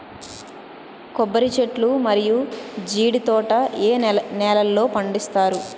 కొబ్బరి చెట్లు మరియు జీడీ తోట ఏ నేలల్లో పండిస్తారు?